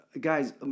Guys